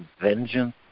vengeance